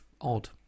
odd